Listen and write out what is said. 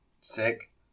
Sick